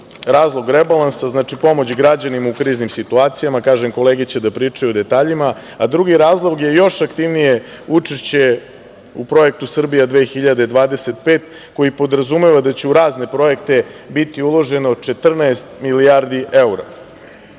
razlog rebalansa, znači pomoć građanima u kriznim situacijama, kolege će da pričaju o detaljima, a drugi razlog je još aktivnije učešće u projektu „Srbija 2025“ koji podrazumeva da će u razne projekte biti uloženo 14 milijardi evra. Ja